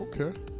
Okay